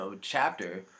chapter